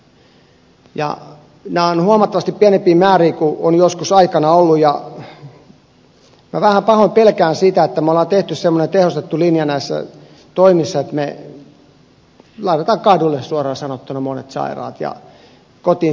nämä ovat huomattavasti pienempiä määriä kuin on joskus aikanaan ollut ja vähän pahoin pelkään sitä että me olemme tehneet semmoisen tehostetun linjan näissä toimissa että me laitamme monet sairaat suoraan sanottuna kadulle ja kotiin selviytymään